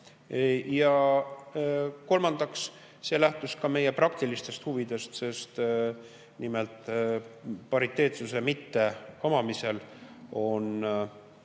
Ja kolmandaks, see lähtus ka meie praktilistest huvidest, sest nimelt pariteetsuse mitteomamisel on